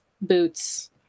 boots